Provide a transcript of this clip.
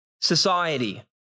society